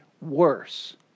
worse